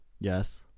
Yes